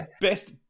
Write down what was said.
best